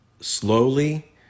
slowly